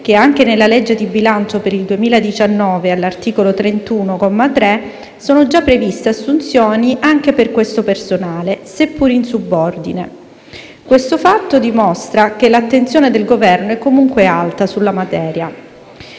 che anche nella legge di bilancio per il 2019, all'articolo 31, comma 3, sono già previste assunzioni anche per questo personale, seppure in subordine. Questo fatto dimostra che l'attenzione del Governo è comunque alta sulla materia.